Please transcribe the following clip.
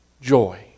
Joy